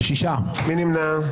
מי נמנע?